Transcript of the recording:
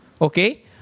okay